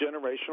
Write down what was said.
generational